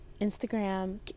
Instagram